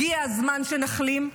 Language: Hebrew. הגיע הזמן שנחלים,